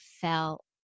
felt